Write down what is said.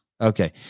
Okay